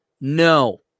No